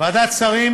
ועדת השרים